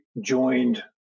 joined